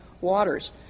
waters